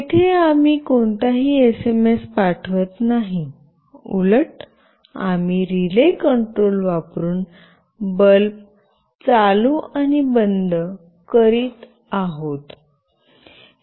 तेथे आम्ही कोणताही एसएमएस पाठवत नाही उलट आम्ही रिले कंट्रोल वापरुन बल्ब चालू आणि बंद करीत आहोत